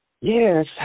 Yes